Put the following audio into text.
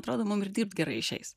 atrodo mum ir dirbt gerai išeis